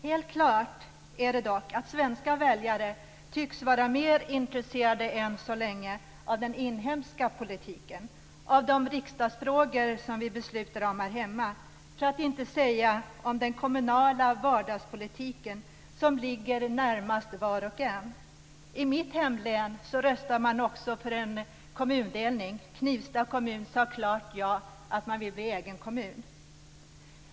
Helt klart är det dock att svenska väljare än så länge tycks vara mer intresserade av den inhemska politiken, av de riksdagsfrågor som vi beslutar om här hemma - för att inte säga om den kommunala vardagspolitiken som ligger närmast var och en. I mitt hemlän röstade man också om en kommundelning. Knivsta sade ett klart ja till att bli en egen kommun.